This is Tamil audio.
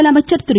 முதலமைச்சர் திரு